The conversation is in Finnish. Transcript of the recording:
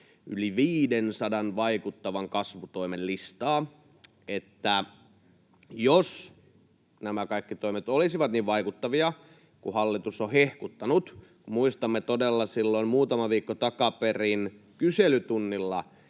yli 500 vaikuttavan kasvutoimen listaa, että jos nämä kaikki toimet olisivat niin vaikuttavia kuin hallitus on hehkuttanut — ja muistamme todella silloin muutama viikko takaperin, kun kyselytunnilla